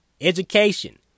education